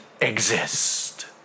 exist